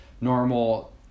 normal